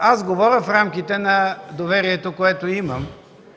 Аз говоря в рамките на доверието, което имам.